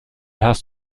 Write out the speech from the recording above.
hast